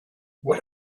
what